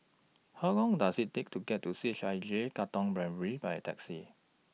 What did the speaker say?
How Long Does IT Take to get to C H I J Katong Primary By Taxi